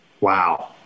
Wow